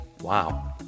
wow